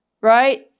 right